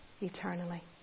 eternally